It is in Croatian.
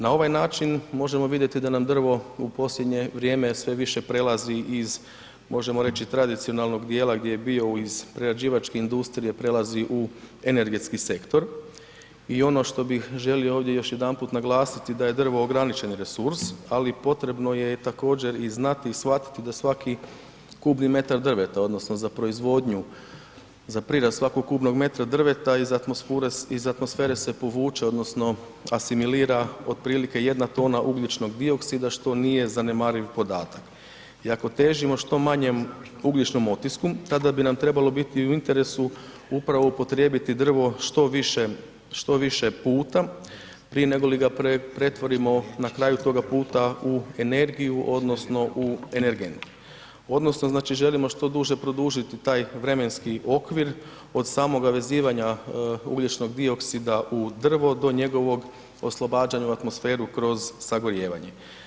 Na ovaj način možemo vidjeti da nam drvo u posljednje vrijeme sve više prelazi iz, možemo reći, tradicionalnog dijela gdje je bio, iz prerađivačke industrije prelazi u energetski sektor i ono što bih želio ovdje još jedanput naglasiti da je drvo ograničeni resurs, ali potrebno je također i znati i shvatiti da svaki kubni metar drveta odnosno za proizvodnju, za prirast svakog kubnog metra drveta iz atmosfere se povuče odnosno asimilira otprilike jedna tona ugljičnog dioksida, što nije zanemariv podatak i ako težimo što manjem ugljičnom otisku tada bi nam trebalo biti u interesu upravo upotrijebiti drvo što više, što više puta prije nego li ga pretvorimo na kraju toga puta u energiju odnosno u energent odnosno znači želimo što duže produžiti taj vremenski okvir od samoga vezivanja ugljičnog dioksida u drvo do njegovog oslobađanja u atmosferu kroz sagorijevanje.